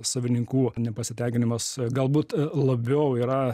savininkų nepasitenkinimas galbūt labiau yra